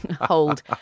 hold